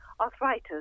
arthritis